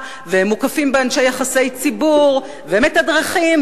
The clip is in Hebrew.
והם מוקפים באנשי יחסי ציבור ומתדרכים,